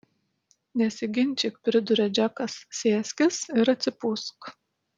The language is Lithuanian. nesiginčyk priduria džekas sėskis ir atsipūsk